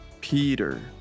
Peter